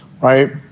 right